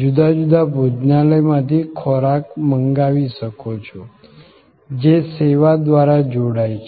જુદા જુદા ભોજનાલયમાંથી ખોરાક મંગાવી શકો છો જે સેવા દ્વારા જોડાય છે